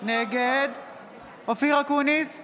נגד נגד הפרבדה.